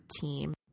team